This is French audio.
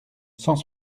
cent